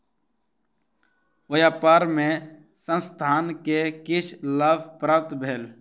व्यापार मे संस्थान के किछ लाभ प्राप्त भेल